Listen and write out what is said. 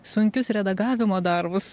sunkius redagavimo darbus